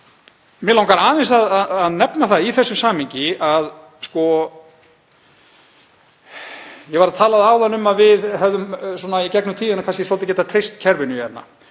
Mig langar aðeins að nefna það í þessu samhengi að ég var að tala áðan um að við hefðum í gegnum tíðina svolítið getað treyst kerfinu hérna